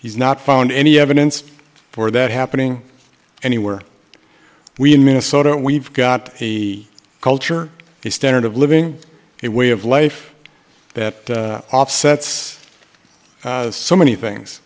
he's not found any evidence for that happening anywhere we in minnesota we've got a culture the standard of living a way of life that offsets so many things